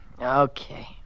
Okay